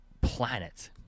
planet